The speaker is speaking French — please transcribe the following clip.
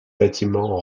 bâtiments